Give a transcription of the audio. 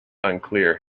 unclear